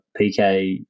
PK